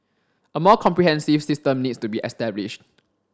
a more comprehensive system needs to be established